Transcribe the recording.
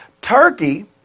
Turkey